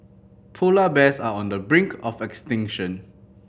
polar bears are on the brink of extinction